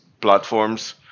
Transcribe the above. platforms